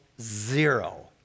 Zero